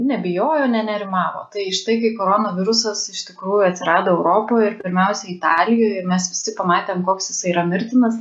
nebijojo ne nerimavo tai štai kai korona virusas iš tikrųjų atsirado europoj ir pirmiausia italijoj ir mes visi pamatėm koks jisai yra mirtinas